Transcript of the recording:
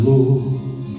Lord